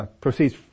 proceeds